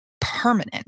permanent